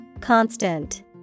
Constant